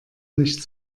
nicht